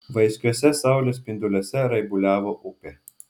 vaiskiuose saulės spinduliuose raibuliavo upė